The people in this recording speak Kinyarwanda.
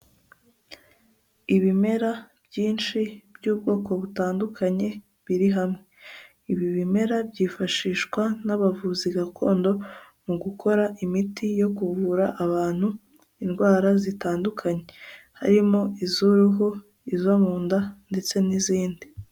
Ibimera byinshi by'ubwoko butandukanye biri hamwe, ibi bimera byifashishwa n'abavuzi gakondo mu gukora imiti yo kuvura abantu indwara zitandukanye harimo iz'uruhu, izo mu nda ndetse n'izindi.